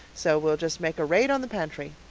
so we'll just make a raid on the pantry.